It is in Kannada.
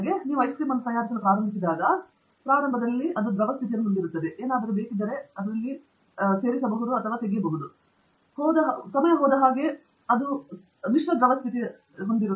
ನೀವು ಐಸ್ಕ್ರೀಂ ಅನ್ನು ತಯಾರಿಸಲು ಪ್ರಾರಂಭಿಸಿದಂತೆಯೇ ಮತ್ತು ಅಂತಿಮವಾಗಿ ನೀವು ಐಸ್ ಕ್ರೀಮ್ನಂತೆ ಹೆಪ್ಪುಗಟ್ಟಿದ ಉತ್ಪನ್ನವನ್ನು ಹೊಂದಿದ್ದೀರಿ ನಿಮಗೆ ನಿಜವಾಗಿಯೂ ದ್ರವ ಸ್ಥಿತಿಯನ್ನು ಹೊಂದಿಲ್ಲ